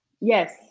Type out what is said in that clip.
yes